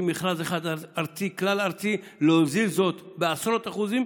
מכרז אחד כלל-ארצי ולהוזיל זאת בעשרות אחוזים,